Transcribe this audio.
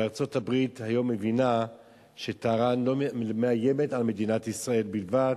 וארצות-הברית היום מבינה שטהרן לא מאיימת על מדינת ישראל בלבד.